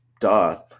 duh